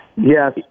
Yes